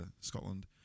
Scotland